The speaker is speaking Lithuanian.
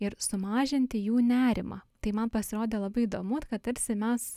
ir sumažinti jų nerimą tai man pasirodė labai įdomu kad tarsi mes